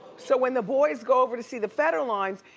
so when the boys go over to see the federlines,